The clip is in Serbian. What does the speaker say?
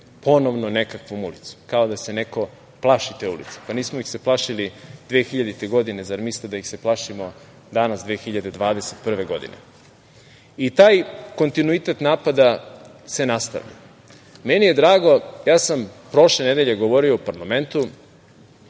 ponovnom nekakvom ulicom. Kao da se neko plaši te ulice. Nismo ih se plašili 2000. godine, zar misle da ih se plašimo danas, 2021. godine? Taj kontinuitet napada se nastavlja. Drago mi je, prošle nedelje sam govorio u parlamentu